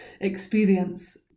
experience